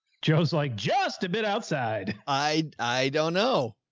joe is like just a bit outside. i don't know.